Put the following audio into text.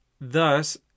Thus